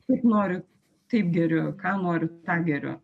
kaip noriu taip geriu ką noriu tą geriu